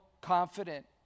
confident